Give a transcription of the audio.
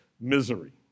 misery